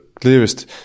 clearest